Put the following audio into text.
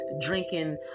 drinking